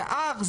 זה אח,